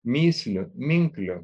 mįslių minklių